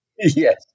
yes